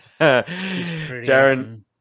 darren